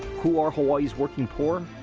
who are hawai'i's working poor?